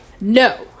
no